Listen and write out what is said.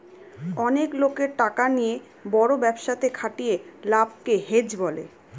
অনেক লোকের টাকা নিয়ে বড় ব্যবসাতে খাটিয়ে লাভকে হেজ বলে